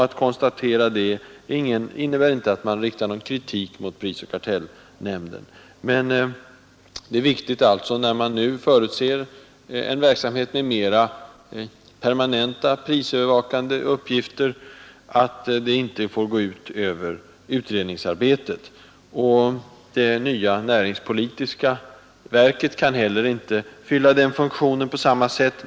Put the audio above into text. Att konstatera detta innebär inte någon kritik mot prisoch kartellnämnden. Men det är viktigt, när man nu förutser mera permanenta prisövervakande uppgifter, att de inte får gå ut över utredningsarbetet. Det nya näringspolitiska verket kan inte fylla den funktionen på samma sätt.